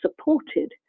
supported